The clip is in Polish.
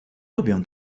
robią